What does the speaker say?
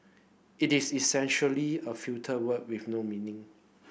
it is essentially a filler word with no meaning